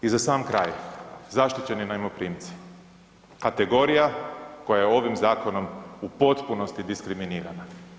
I za sam kraj, zaštićeni najmoprimci, kategorija koja je ovim zakonom u potpunosti diskriminirana.